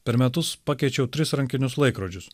per metus pakeičiau tris rankinius laikrodžius